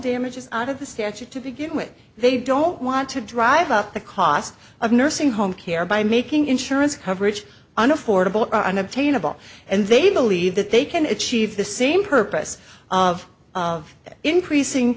damages out of the statute to begin with they don't want to drive up the cost of nursing home care by making insurance coverage an affordable unobtainable and they believe that they can achieve the same purpose of increasing